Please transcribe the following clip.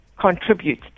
contribute